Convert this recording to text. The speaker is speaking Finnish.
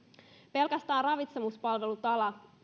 pelkästään ravitsemuspalveluala